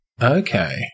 Okay